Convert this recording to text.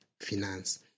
Finance